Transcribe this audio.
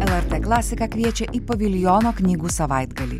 lrt klasika kviečia į paviljono knygų savaitgalį